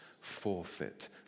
forfeit